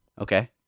Okay